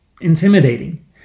intimidating